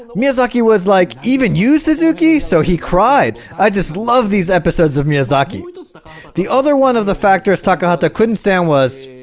miyazaki was like even used to zuki so he cried i just love these episodes of miyazaki the other one of the factors talked about that couldn't stand was